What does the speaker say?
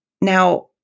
Now